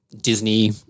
Disney